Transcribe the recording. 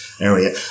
area